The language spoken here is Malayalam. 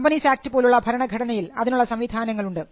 കമ്പനീസ് ആക്ട് പോലുള്ള ഭരണഘടനയിൽ അതിനുള്ള സംവിധാനങ്ങൾ ഉണ്ട്